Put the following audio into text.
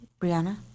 Brianna